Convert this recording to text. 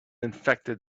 infected